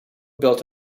built